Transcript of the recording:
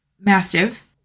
Mastiff